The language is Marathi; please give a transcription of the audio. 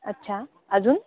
अच्छा अजून